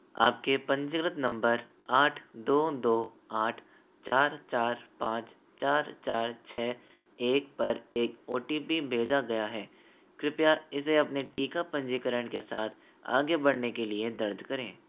आपके पंजीकृत नंबर आठ दो दो आठ चार चार पाँच चार चार छः एक पर एक ओ टी पी भेजा गया है कृपया इसे अपने टीका पंजीकरण के साथ आगे बढ़ने के लिए दर्ज करें